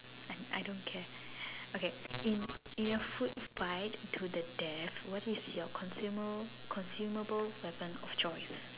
I I don't care okay in in a food fight to the death what is your consumer consumable level of choice